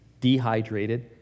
dehydrated